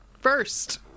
First